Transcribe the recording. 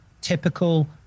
Typical